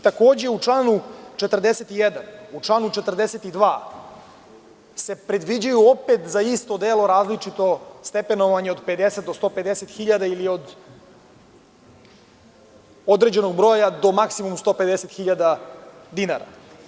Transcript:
Takođe, u čl. 41. i 42. se predviđaju opet za isto delo različito stepenovanje od 50 do 150 hiljada ili od određenog broja do maksimum 150 hiljada dinara.